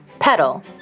Petal